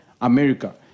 America